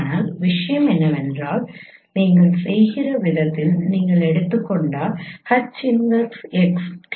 ஆனால் விஷயம் என்னவென்றால் நீங்கள் செய்கிற விதத்தில் நீங்கள் எடுத்துக்கொண்டால் H 1x கிடைக்காது PH P'H